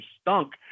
stunk